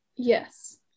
Yes